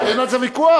אין על זה ויכוח.